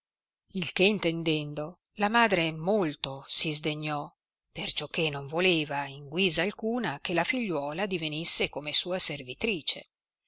il che intendendo la madre molto si sdegnò perciò che non voleva in guisa alcuna che la figliuola divenisse come sua servitrice